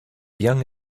young